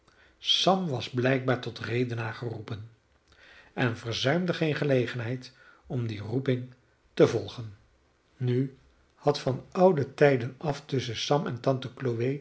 sam was blijkbaar tot redenaar geroepen en verzuimde geen gelegenheid om die roeping te volgen nu had van oude tijden af tusschen sam en tante